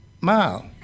mile